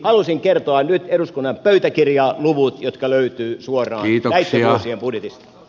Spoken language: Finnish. halusin kertoa nyt eduskunnan pöytäkirjaan luvut jotka löytyvät suoraan liikenaisen ja pudi